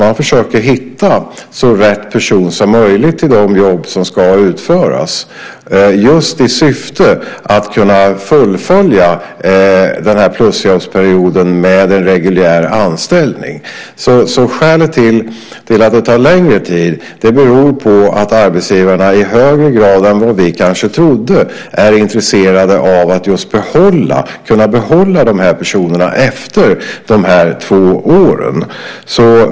De försöker hitta så rätt person som möjligt till de jobb som ska utföras, just i syfte att kunna fullfölja plusjobbsperioden med en reguljär anställning. Skälet till att det tar längre tid är att arbetsgivarna i högre grad än vad vi trodde är intresserade av att just behålla personerna efter de två åren.